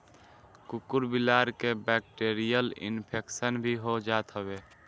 कुकूर बिलार के बैक्टीरियल इन्फेक्शन भी हो जात हवे